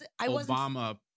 Obama